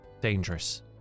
dangerous